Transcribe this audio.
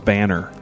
Banner